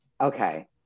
okay